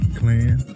clan